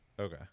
Okay